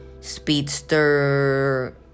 speedster